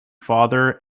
father